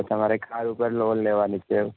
તો તમારે કાર ઉપર લોન લેવાની છે એવું